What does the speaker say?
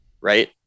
Right